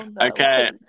Okay